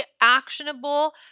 actionable